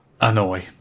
annoy